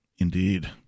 Indeed